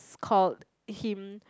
s~ called him